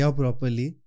properly